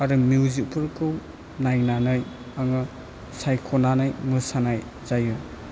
आरो मिउजिखफोरखौ नायनानै आङो सायख'नानै मोसानाय जायो